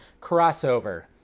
crossover